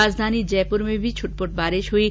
राजधानी जयपुर में भी छुटपुट बारिश हुई है